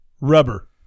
Rubber